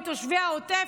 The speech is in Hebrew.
מתושבי העוטף,